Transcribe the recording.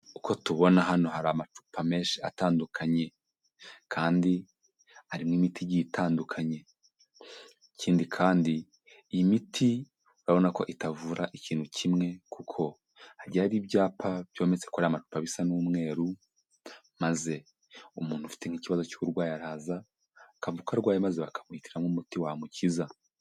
Uko tubona hano hari amacupa menshi atandukanye, kandi hari n'imiti igiye itandukanye, ikindi kandi iyi imiti urabona ko itavura ikintu kimwe kuko hagiye hari ibyapa byometse kuri aya macupa bisa n'umweru maze umuntu ufite nk'ikibazo cy'uburwayi araza, akavuga uko arwaye maze bakamuhitiramo umuti wamukiza.